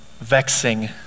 vexing